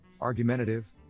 argumentative